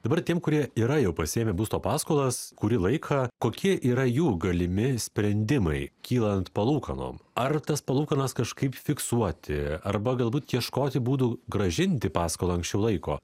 dabar tiem kurie yra jau pasiėmę būsto paskolas kurį laiką kokie yra jų galimi sprendimai kylant palūkanom ar tas palūkanas kažkaip fiksuoti arba galbūt ieškoti būdų grąžinti paskolą anksčiau laiko